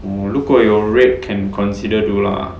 oh 如果有 red can consider do lah